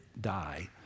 die